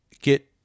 get